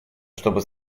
чтобы